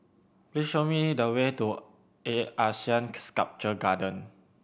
please show me the way to A ASEAN Sculpture Garden